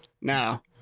Now